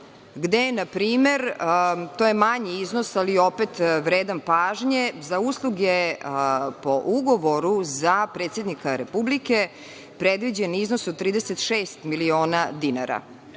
gde npr. to je manji iznos, ali opet vredan pažnje, za usluge po ugovoru za predsednika Republike predviđen iznos od 36 miliona dinara.